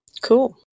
Cool